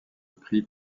prix